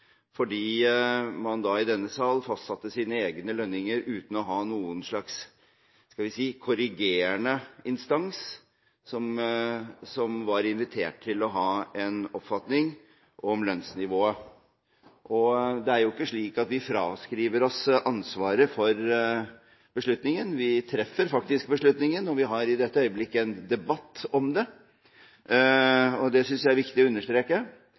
fordi man i denne sal fastsatte sine egne lønninger uten å ha en slags korrigerende instans som var invitert til å ha en oppfatning om lønnsnivået. Og det er ikke slik at vi fraskriver oss ansvaret for beslutningen, vi treffer faktisk beslutningen, og vi har i dette øyeblikket en debatt om det. Det synes jeg er viktig å understreke.